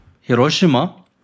Hiroshima